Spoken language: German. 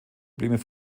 probleme